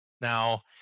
Now